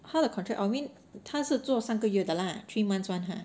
他的 contract oh I mean 他是做三个月的 lah three months [one] !huh!